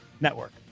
Network